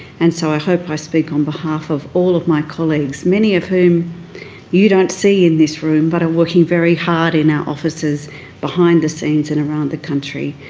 and so i hope i speak on behalf of all of my colleagues, many of whom you don't see in this room, but are working very hard in our offices behind the scenes and around the country.